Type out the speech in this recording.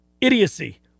idiocy